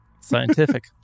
scientific